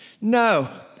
No